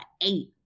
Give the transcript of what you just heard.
eight